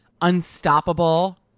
unstoppable